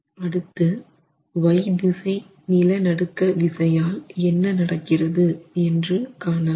அடுத்து y திசை நிலநடுக்க விசையால் என்ன நடக்கிறது என்று காணலாம்